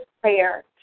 prayer